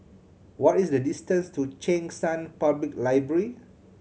what is the distance to Cheng San Public Library